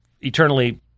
eternally